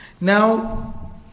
Now